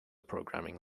programming